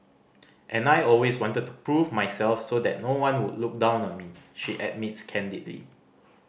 and I always wanted to prove myself so that no one would look down on me she admits candidly